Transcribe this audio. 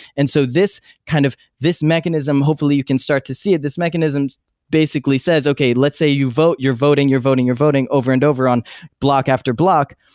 and so this kind of this mechanism, hopefully, you can start to see, this mechanism basically says, okay. let's say you vote. you're voting. you're voting. you're voting over and over on block after block,